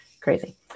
Crazy